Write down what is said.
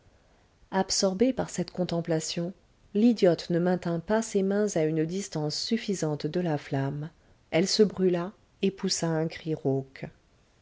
absorbée par cette contemplation l'idiote ne maintint pas ses mains à une distance suffisante de la flamme elle se brûla et poussa un cri